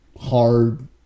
hard